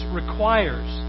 requires